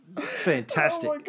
Fantastic